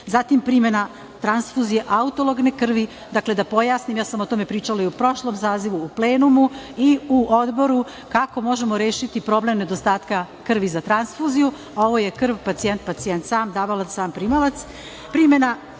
zatim primena transfuzije autologne krvi, dakle da pojasnim, ja sam o tome pričala i u prošlom sazivu u plenumu i u Odboru kako možemo rešiti problem nedostatka krvi za transfuziju. Ovo je krv pacijent-pacijent, sam davalac – sam primalac,